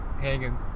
hanging